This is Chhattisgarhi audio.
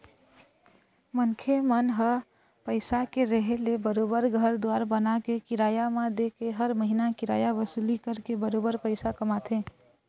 मनखे मन ह पइसा के रेहे ले बरोबर घर दुवार बनाके, किराया म देके हर महिना किराया वसूली करके बरोबर पइसा कमाथे